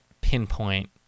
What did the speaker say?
pinpoint